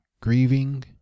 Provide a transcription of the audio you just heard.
grieving